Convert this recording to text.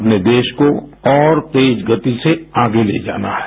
अपने देश को और तेज गति से आगे ले जाना है